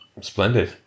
Splendid